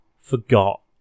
forgot